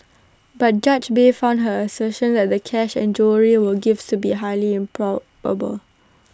but judge bay found her assertion that the cash and jewellery were gifts to be highly improbable